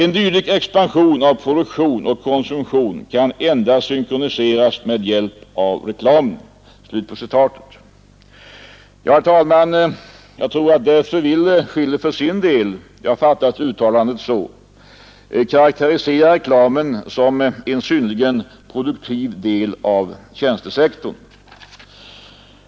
En dylik expansion av produktion och konsumtion kan endast synkroniseras med hjälp av reklamen.” Därför vill Schiller, herr talman, för sin del — jag fattar hans uttalande så — karakterisera reklamen som en ”synnerligen produktiv del av tjänstesektorn”.